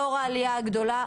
לאו העלייה הגדולה,